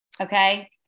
okay